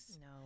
No